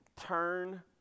turn